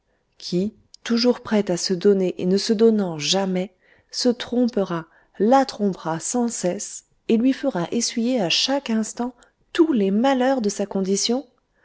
qui toujours prêt à se donner et ne se donnant jamais se trompera la trompera sans cesse et lui fera essuyer à chaque instant tous les malheurs de sa condition